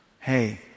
Hey